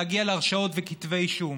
להגיע להרשעות ולכתבי אישום,